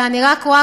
אלא אני רק רואה,